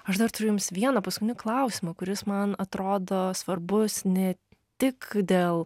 aš dar turiu jums vieną paskutinį klausimą kuris man atrodo svarbus ne tik dėl